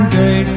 day